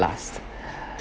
last